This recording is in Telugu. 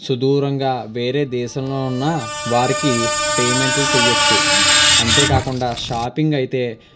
సుదూరంగా వేరే దేశంలో ఉన్నా వారికి పేమెంట్లు చెయ్యొచ్చు అంతేకాకుండా షాపింగ్ అయితే